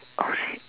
oh shit